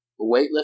weightlifting